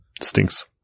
stinks